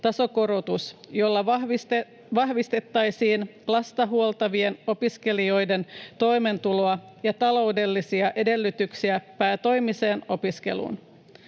tasokorotus, jolla vahvistettaisiin lasta huoltavien opiskelijoiden toimeentuloa ja taloudellisia edellytyksiä päätoimiseen opiskeluun.